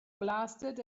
blasted